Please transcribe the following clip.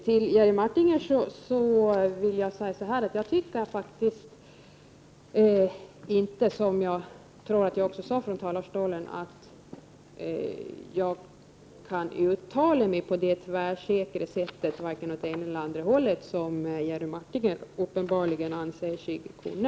Till Jerry Martinger vill jag säga att jag faktiskt inte tycker — jag tror att jag också framhöll detta när jag stod i talarstolen — att jag kan uttala mig så tvärsäkert, åt det ena eller det andra hållet, som Jerry Martinger uppenbarligen anser sig kunna.